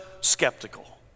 skeptical